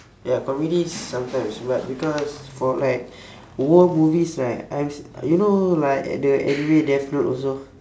ya comedies sometimes but because for like war movies right I'm s~ you know like the anime death note also